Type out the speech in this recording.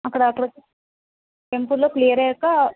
అక్కడ అక టెంపుల్లో క్లియర్ అయ్యాక